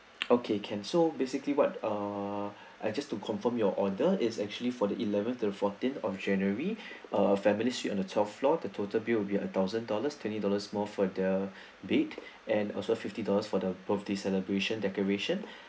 okay can so basically what uh I just to confirm your order is actually for the eleventh to the fourteenth of january uh families suite on the twelfth floor the total bill will be a thousand dollars twenty dollars more for the bed and also fifty dollars for the birthday celebration decoration